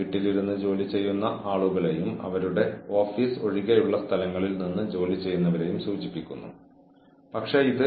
ഇത് മതിയായ മുന്നറിയിപ്പ് നൽകുകയും ചൂടുള്ള അടുപ്പ് പോലെ എല്ലാവരിലും സ്ഥിരമായി പ്രയോഗിക്കുകയും വേണം